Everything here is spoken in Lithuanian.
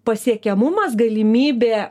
pasiekiamumas galimybė